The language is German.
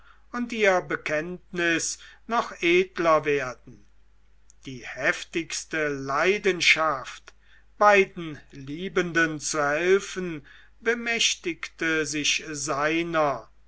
und ihr bekenntnis noch edler werden die heftigste leidenschaft bei den liebenden zu helfen bemächtigte sich seiner